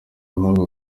ahubwo